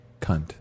cunt